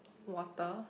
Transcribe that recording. water